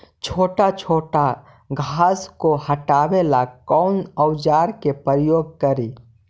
छोटा छोटा घास को हटाबे ला कौन औजार के प्रयोग करि?